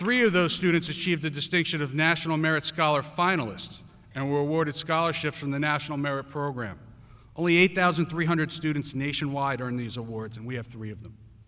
three of those students achieve the distinction of national merit scholar finalist and were awarded scholarships from the national merit program only eight thousand three hundred students nationwide are in these awards and we have three of